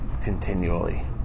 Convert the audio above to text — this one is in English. continually